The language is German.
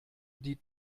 die